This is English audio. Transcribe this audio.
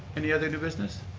any other new business?